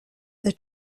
are